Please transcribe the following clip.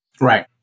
Right